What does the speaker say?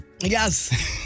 Yes